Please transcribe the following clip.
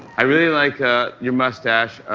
i really like ah your mustache.